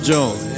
Jones